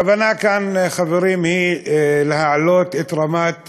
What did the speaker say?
הכוונה כאן, חברים, היא להעלות את רמת